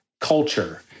Culture